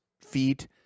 feet